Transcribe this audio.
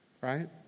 right